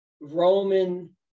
roman